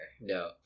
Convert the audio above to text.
No